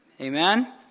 Amen